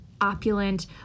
opulent